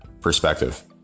perspective